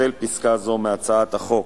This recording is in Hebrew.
לפצל פסקה זו מהצעת החוק.